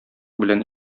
белән